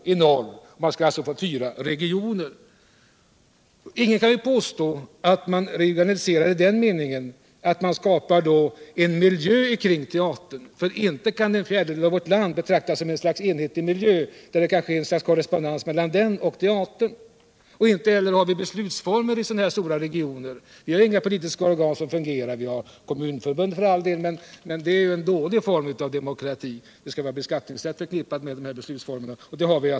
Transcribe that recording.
Ingen kan påstå att det skulle innebära en regionalisering i den meningen att det skapades en miljö kring teatern, för inte kan en fjärdedel av landet betraktas som något slags enhetlig miljö som skulle kunna korrespondera med teatern. Inte heller har vi beslutsformer i så stora regioner, inga politiska organ som fungerar. Vi har kommunförbund, för all del, men det är en dålig form av demokrati, eftersom någon beskattningsrätt inte är förknippad med den beslutsformen.